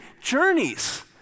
journeys